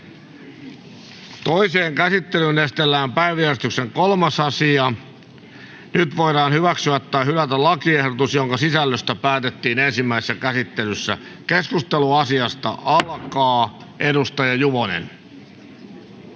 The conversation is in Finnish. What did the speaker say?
Toiseen käsittelyyn esitellään päiväjärjestyksen 3. asia. Nyt voidaan hyväksyä tai hylätä lakiehdotus, jonka sisällöstä päätettiin ensimmäisessä käsittelyssä. [Speech 2] Speaker: Arja Juvonen